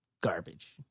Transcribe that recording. garbage